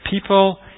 people